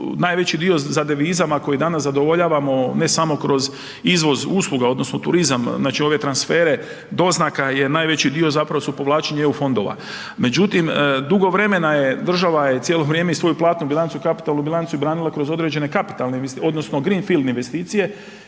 najveći dio za devizama koji danas zadovoljavamo ne samo kroz izvoz usluga odnosno turizam, znači ove transfere doznaka je najveći dio zapravo su povlačenje eu fondova. Međutim, dugo vremena je država cijelo vrijeme i svoju platnu i kapitalnu bilancu branila kroz određene kapitalne odnosno greenfield investicije